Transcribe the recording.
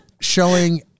showing